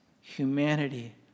humanity